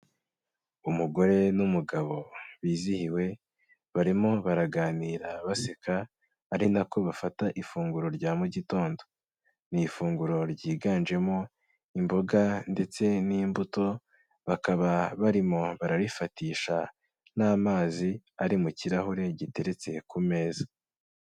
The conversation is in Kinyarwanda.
Umugore n'umugabo bizihiwe, barimo baraganira baseka ari nako bafata ifunguro rya mu gitondo. Ni ifunguro ryiganjemo imboga ndetse n'imbuto, bakaba barimo bararifatisha n'amazi ari mu kirahure giteretse ku meza.